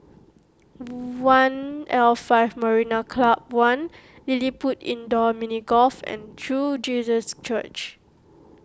one'l Five Marina Club one LilliPutt Indoor Mini Golf and True Jesus Church